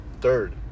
Third